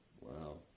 Wow